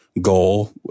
goal